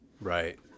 Right